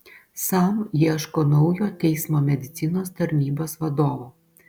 sam ieško naujo teismo medicinos tarnybos vadovo